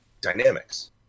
Dynamics